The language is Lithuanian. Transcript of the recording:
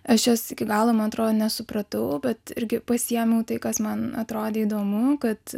aš jos iki galo man atrodo nesupratau bet irgi pasiėmiau tai kas man atrodė įdomu kad